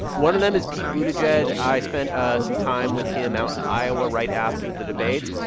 one of them is pete buttigieg. i spent ah some time with him out in iowa right after the debates.